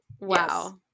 Wow